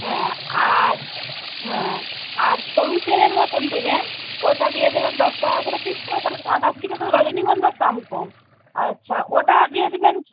হ্যাঁ আর হ্যাঁ আর সরু চেনের মতন দেবেন ওটা দিয়ে দেবেন দশ টাকা করে পিস তো তাহলে গাঁদার থেকে তো রজনীগন্ধার দাম কম আচ্ছা ওটা দিয়ে দিবেন